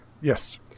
Yes